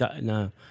No